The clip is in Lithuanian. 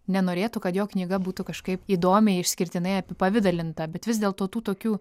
nenorėtų kad jo knyga būtų kažkaip įdomiai išskirtinai apipavidalinta bet vis dėlto tų tokių